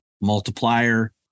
multiplier